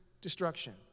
destruction